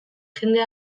jende